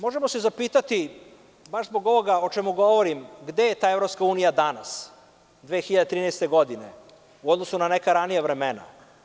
Možemo se zapitati, baš zbog ovoga o čemu govorim, gde je ta EU danas 2013. godine u odnosu na neka ranija vremena?